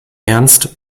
ernst